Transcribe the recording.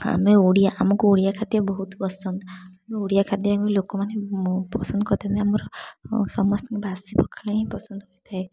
ଆମେ ଓଡ଼ିଆ ଆମକୁ ଓଡ଼ିଆ ଖାଦ୍ୟ ବହୁତ ପସନ୍ଦ ଓଡ଼ିଆ ଖାଦ୍ୟକୁ ଲୋକମାନେ ପସନ୍ଦ କରିଥାନ୍ତି ଆମର ସମସ୍ତଙ୍କୁ ବାସି ପଖାଳ ହିଁ ପସନ୍ଦ ହୋଇଥାଏ